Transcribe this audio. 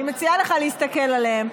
אני מציעה לך להסתכל עליהם,